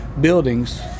buildings